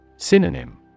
Synonym